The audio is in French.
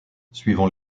suivant